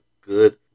good